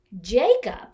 Jacob